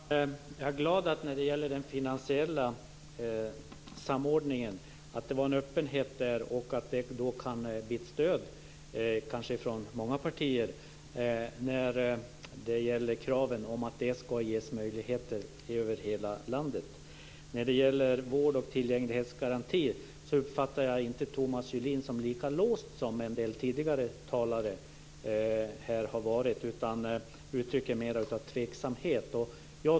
Fru talman! Jag är glad för öppenheten inför en finansiell samordning. Det kan kanske bli ett stöd från många partier för kraven på att det ska ges möjlighet till en sådan över hela landet. När det gäller vård och tillgänglighetsgarantin uppfattar jag inte Thomas Julin som lika låst som en del tidigare talare har varit. Thomas Julin uttrycker snarare en tveksamhet.